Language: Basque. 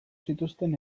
zituzten